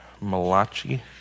Malachi